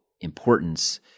importance